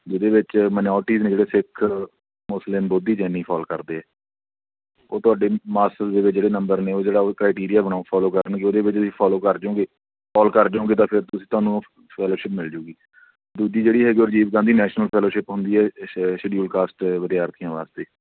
ਜਿਹਦੇ ਵਿੱਚ ਮਨਿਓਰਟੀ ਨੇ ਜਿਹੜੇ ਸਿੱਖ ਮੁਸਲਿਮ ਬੋਧੀ ਜੈਨੀ ਫਾਲ ਕਰਦੇ ਉਹ ਤੁਹਾਡੇ ਮਾਸਟਰਜ਼ ਦੇ ਵਿੱਚ ਜਿਹੜੇ ਨੰਬਰ ਨੇ ਉਹ ਜਿਹੜਾ ਉਹ ਕ੍ਰਾਈਟੀਰੀਆ ਬਣਾਉ ਫੋਲੋ ਕਰਨਗੇ ਉਹਦੇ ਵਿੱਚ ਤੁਸੀਂ ਫੋਲੋ ਕਰ ਜੂਗੇ ਫੋਲ ਕਰ ਜੂਗੇ ਤਾਂ ਫਿਰ ਤੁਸੀਂ ਤੁਹਾਨੂੰ ਸਕੋਲਰਸ਼ਿਪ ਮਿਲ ਜੇਗੀ ਦੂਜੀ ਜਿਹੜੀ ਹੈਗੀ ਉਹ ਰਜੀਵ ਗਾਂਧੀ ਨੈਸ਼ਨਲ ਸਕੋਲਰਸ਼ਿਪ ਹੁੰਦੀ ਹੈ ਸ਼ ਸ਼ਡਿਊਲ ਕਾਸਟ ਦੇ ਵਿਦਿਆਰਥੀਆਂ ਵਾਸਤੇ